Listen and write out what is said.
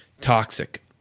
toxic